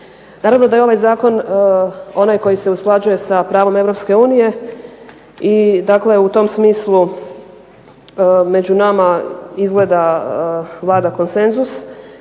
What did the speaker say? Naravno da je ovaj zakon onaj koji se usklađuje sa pravom EU i dakle u tom smislu među nama izgleda vlada konsenzus,